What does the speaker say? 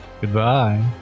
Goodbye